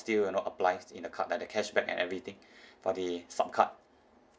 still you know applies in the card like the cashback and everything for the sup card